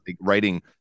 writing